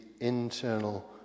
internal